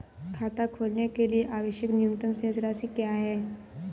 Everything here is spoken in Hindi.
खाता खोलने के लिए आवश्यक न्यूनतम शेष राशि क्या है?